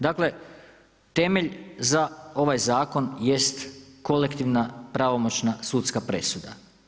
Dakle, temelj za ovaj zakon jest kolektivna pravomoćna sudska presuda.